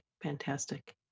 fantastic